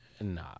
Nah